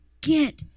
get